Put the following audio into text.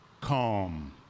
calm